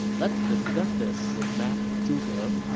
let's discuss this with master zhuge.